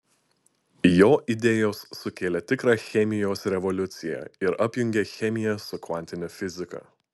jo idėjos sukėlė tikrą chemijos revoliuciją ir apjungė chemiją su kvantine fiziką